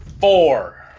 four